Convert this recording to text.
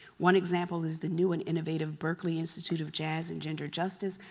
one example is the new and innovative, berkeley institute of jazz and gender justice,